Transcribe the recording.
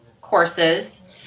courses